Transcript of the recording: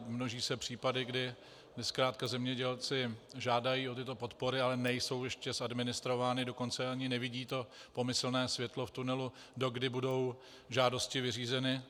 Množí se případy, kdy zemědělci žádají o tyto podpory, ale nejsou ještě zadministrovány, dokonce ani nevidí to pomyslné světlo v tunelu, dokdy budou žádosti vyřízeny.